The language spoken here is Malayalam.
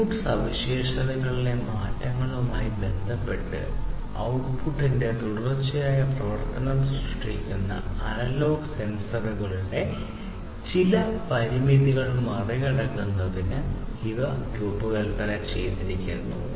ഇൻപുട്ട് സവിശേഷതകളിലെ മാറ്റങ്ങളുമായി ബന്ധപ്പെട്ട് ഔട്ട്പുട്ടിന്റെ തുടർച്ചയായ പ്രവർത്തനം സൃഷ്ടിക്കുന്ന അനലോഗ് സെൻസറുകളുടെ ചില പരിമിതികൾ മറികടക്കുന്നതിനാണ് ഇവ രൂപകൽപ്പന ചെയ്തിരിക്കുന്നത്